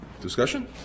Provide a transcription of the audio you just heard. discussion